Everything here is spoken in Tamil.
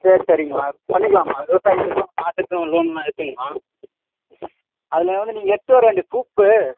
சரி சரிங்கம்மா பண்ணிக்கலாம்மா விவசாயத்துக்கும் மாட்டுக்கும் லோன்லாம் இருக்குங்கம்மா அதில் வந்து நீங்கள் எடுத்துகிட்டு வரவேண்டிய ப்ரூப்பு